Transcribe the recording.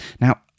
Now